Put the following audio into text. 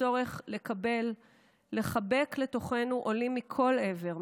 הצורך לקבל ולחבק לתוכנו עולים מכל עבר,